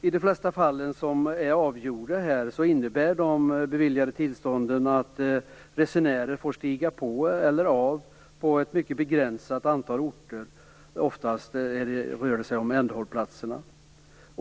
I de flesta fall som är avgjorda innebär de beviljade tillstånden att resenärer får stiga på eller av på ett mycket begränsat antal orter. Ofta rör det sig om ändhållplatserna.